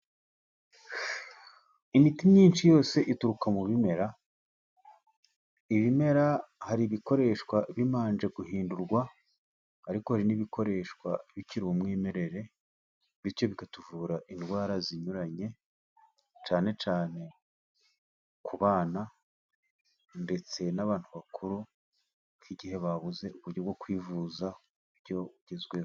Imiti myinshi yose ituruka mu bimera, ibimera hari ibikoreshwa bibanje guhindurwa, ariko hari n'ibikoreshwa bikiri umwimerere, bityo bikatuvura indwara zinyuranye cyane cyane ku bana ndetse n'abantu bakuru, nk igihe babuze uburyo bwo kwivuza mu buryo bugezweho.